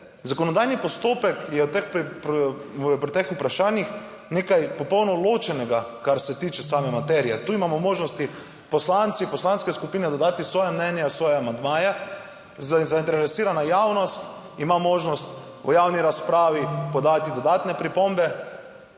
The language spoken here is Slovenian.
zakonodajni postopek je v pri teh vprašanjih nekaj popolnoma ločenega, kar se tiče same materije. Tu imamo možnosti poslanci, poslanske skupine dodati svoja mnenja, svoje amandmaje, zainteresirana javnost ima možnost v javni razpravi podati dodatne pripombe,